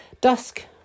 dusk